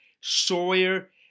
Sawyer